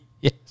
Yes